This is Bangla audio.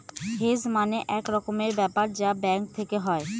হেজ মানে এক রকমের ব্যাপার যা ব্যাঙ্ক থেকে হয়